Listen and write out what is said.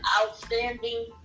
outstanding